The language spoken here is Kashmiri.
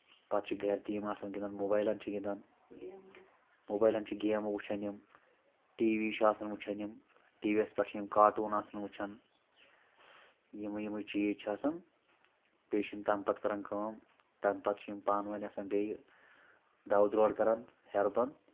پتہٕ چھِ گرِ تہِ یِم آسان گِنٛدان موبایلن چھِ گِنٛدان موبایلن چھِ گیمہٕ وٕچھان یِم ٹی وی چھِ آسان وٕچھان یِم ٹی وی یس پٮ۪ٹھ چھِ یِم کاٹوٗن آسان وٕچھان یِم یمٕے یمٕے چیٖز چھِ آسان بیٚیہِ چھِ یِم تمہِ پتہٕ کران کٲم تمہِ پتہٕ چھِ یِم پانہِ ؤنۍ آسان بیٚیہِ دو درور کران ہیرِ یۄن